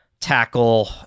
tackle